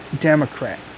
Democrat